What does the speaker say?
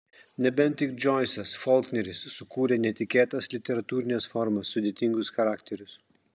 nebent tik džoisas folkneris sukūrę netikėtas literatūrines formas sudėtingus charakterius